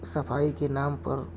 صفائی کے نام پر